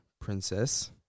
princess